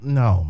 no